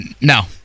No